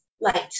Light